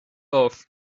auf